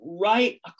right